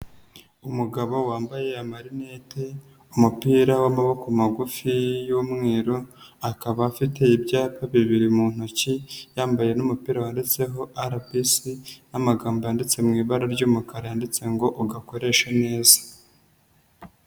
Umugabo wambaye amarnete n'umupira w'amaboko magufi y'umweru, akaba afite ibyapa bibiri mu ntoki yambaye n'umupira wanditseho RPC, n'amagambo yanditse mu ibara ry'umukara ndetse ngo ugakoreshe neza.